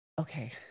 okay